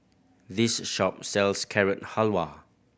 this shop sells Carrot Halwa